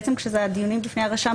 בעצם כשאלה דיונים בפני הרשם,